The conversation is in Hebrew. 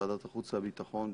ועדת החוץ והביטחון בעיקר,